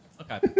Okay